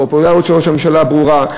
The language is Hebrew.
הפופולריות של ראש הממשלה ברורה.